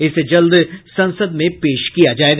इसे जल्द संसद में पेश किया जाएगा